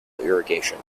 irrigation